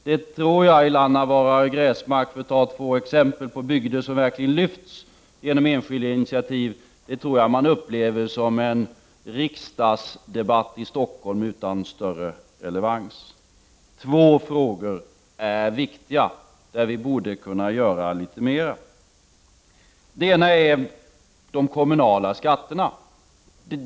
Det tror jag att man i Lannavaara och Gräsmark — för att ta två exempel på bygder som verkligen lyfts genom enskilda initiativ — upplever som en riksdagsdebatt i Stockholm, utan större relevans. Två frågor är viktiga, där vi borde kunna göra litet mera. Den ena är de kommunala skatterna.